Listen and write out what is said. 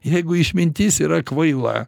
jeigu išmintis yra kvaila